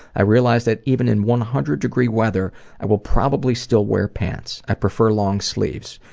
i realize that even in one hundred degree weather i will probably still wear pants. i prefer long sleeves,